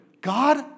God